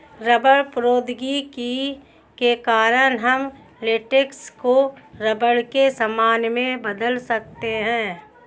rubber प्रौद्योगिकी के कारण हम लेटेक्स को रबर के सामान में बदल सकते हैं